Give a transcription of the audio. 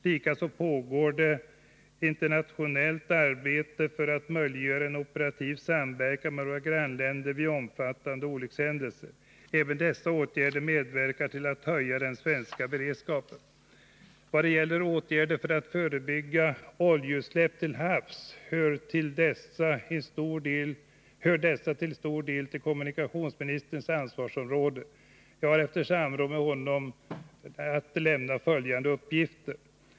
Likaså pågår på det internationella planet arbete för att möjliggöra en operativ samverkan med våra grannländer vid omfattande olyckshändelser. Även dessa åtgärder medverkar till att höja den svenska beredskapen. Vad gäller åtgärder för att förebygga oljeutsläpp till havs hör dessa till stor del till kommunikationsministerns ansvarsområde. Jag kan efter samråd med honom lämna följande uppgifter.